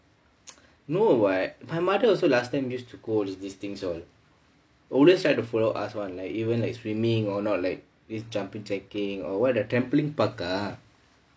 no what my mother also last time used to go this things all always like to follow us one like even like swimming or not like this jumping jack thing or what ah trampoline park ah